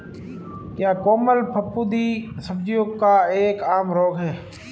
क्या कोमल फफूंदी सब्जियों का एक आम रोग है?